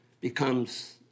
becomes